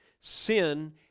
sin